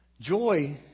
Joy